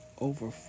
over